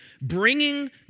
bringing